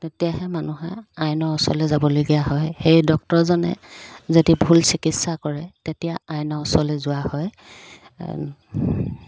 তেতিয়াহে মানুহে আইনৰ ওচৰলৈ যাবলগীয়া হয় সেই ডক্তৰজনে যদি ভুল চিকিৎসা কৰে তেতিয়া আইনৰ ওচৰলৈ যোৱা হয়